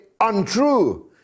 untrue